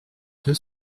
deux